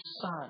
son